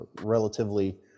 relatively